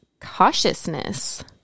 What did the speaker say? cautiousness